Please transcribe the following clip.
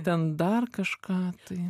ten dar kažką tai